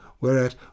whereat